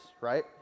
right